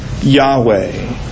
Yahweh